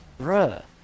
bruh